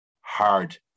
hard